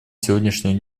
сегодняшнего